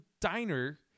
diner